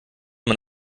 man